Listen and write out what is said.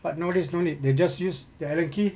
but nowadays don't it they just use the allen key